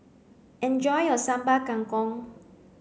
enjoy your Sambal Kangkong